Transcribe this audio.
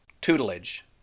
tutelage